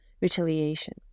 retaliation